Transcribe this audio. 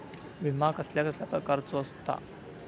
विमा कसल्या कसल्या प्रकारचो असता?